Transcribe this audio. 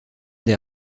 des